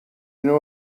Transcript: know